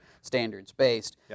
standards-based